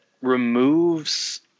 removes